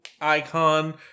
icon